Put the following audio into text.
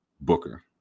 Booker